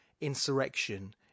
insurrection